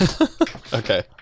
Okay